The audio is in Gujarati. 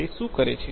તે શું કરે છે